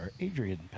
adrian